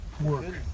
work